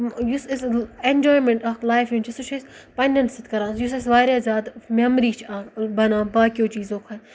یُس أسۍ اٮ۪نجایمٮ۪نٛٹ اَکھ لایفہِ ہُنٛد چھُ سُہ چھِ أسۍ پنٛنٮ۪ن سۭتۍ کَران یُس اَسہِ واریاہ زیادٕ مٮ۪مری چھِ بَنان باقٕیو چیٖزو کھۄتہٕ